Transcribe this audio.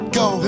go